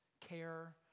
care